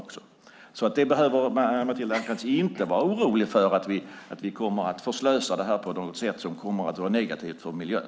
Matilda Ernkrans behöver alltså inte vara orolig för att vi förslösar detta på ett sätt som blir negativt för miljön.